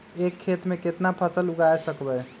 एक खेत मे केतना फसल उगाय सकबै?